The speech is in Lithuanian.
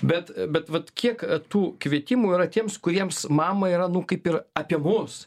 bet bet vat kiek tų kvietimų yra tiems kuriems mama yra nu kaip ir apie mus